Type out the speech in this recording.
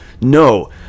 no